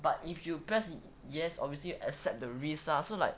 but if you press yes obviously you accept the risk lah so like